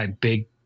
big